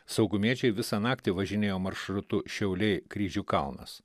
saugumiečiai visą naktį važinėjo maršrutu šiauliai kryžių kalnas